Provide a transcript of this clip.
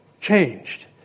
changed